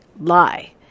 Lie